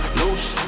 loose